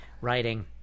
writing